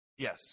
Yes